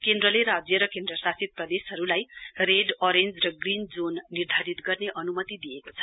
केन्द्रले राज्य र केन्द्रशासित प्रदेशहरूलाई रेड अरेञ्ज र ग्रीन जोन निर्धारित गर्ने अन्मति दिएको छ